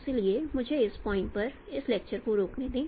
इसलिए मुझे इस पॉइंट् पर इस लेक्चर्स को रोकने दें